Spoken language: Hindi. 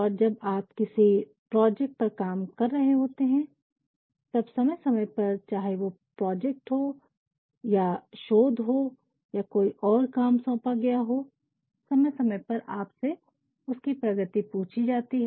और जब आप किसी प्रोजेक्ट पर काम रहे होते है तब समय समय पर चाहे वो प्रोजेक्ट हो या शोध हो या कोई और काम सौंपा गया हो समय समय पर आपसे उसकी प्रगति पूछी जाती है